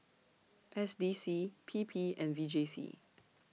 S D C P P and V J C